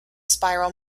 spiral